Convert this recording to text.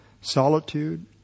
solitude